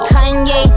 Kanye